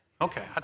Okay